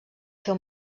fer